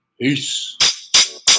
Peace